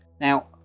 now